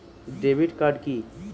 Debit card কি?